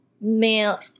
male